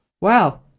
Wow